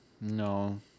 No